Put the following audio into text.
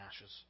ashes